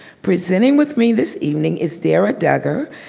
presenting with me this evening is dara dugger,